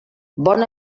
bon